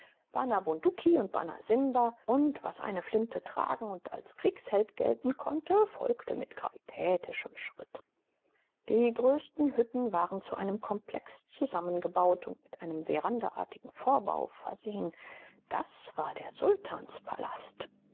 bana bunduki und bana simba und was eine flinte tragen und als kriegsheld gelten konnte folgte mit gravitätischem schritt die größten hütten waren zu einem komplex zusammengebaut und mit einem verandaartigen vorbau versehen das war der sultanspalast